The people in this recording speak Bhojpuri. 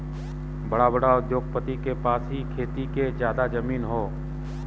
बड़ा बड़ा उद्योगपति के पास ही खेती के जादा जमीन हौ